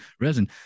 Resin